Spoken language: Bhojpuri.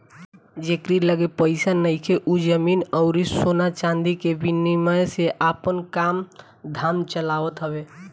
जेकरी लगे पईसा नइखे उ जमीन अउरी सोना चांदी के विनिमय से आपन काम धाम चलावत हवे